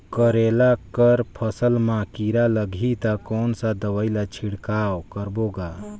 करेला कर फसल मा कीरा लगही ता कौन सा दवाई ला छिड़काव करबो गा?